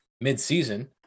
mid-season